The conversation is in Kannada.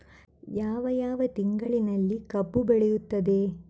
ಯಾವ ಯಾವ ತಿಂಗಳಿನಲ್ಲಿ ಕಬ್ಬು ಬೆಳೆಯುತ್ತದೆ?